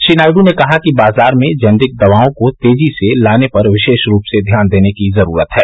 श्री नायडू ने कहा कि बाजार में जेनेरिक दवाओं को तेजी से लाने पर विशेष रूप से ध्यान देने की जरूरत है